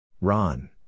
Ron